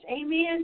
Amen